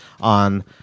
on